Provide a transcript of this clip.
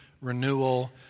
renewal